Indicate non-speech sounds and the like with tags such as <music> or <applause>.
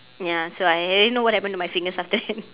ya so I already know what happened to my fingers after that <laughs>